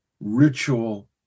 ritual